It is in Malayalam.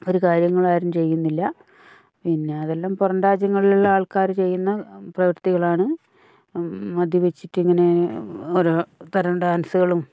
ഒരു കാര്യങ്ങളാരും ചെയ്യുന്നില്ല പിന്നെ അതെല്ലാം പുറം രാജ്യങ്ങളിലുള്ള ആൾക്കാർ ചെയ്യുന്ന പ്രവർത്തികളാണ് മദ്യപിച്ചിട്ട് ഇങ്ങനെ പിന്നെ ഒരൊ തരം ഡാൻസുകളും